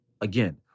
Again